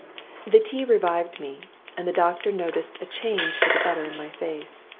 the tea revived me and the doctor noticed a change for the better in my face.